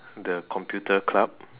the computer club